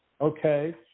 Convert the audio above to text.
Okay